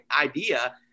idea